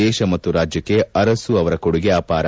ದೇಶ ಮತ್ತು ರಾಜ್ಯಕ್ಷೆ ಅರಸು ಅವರ ಕೊಡುಗೆ ಅಪಾರ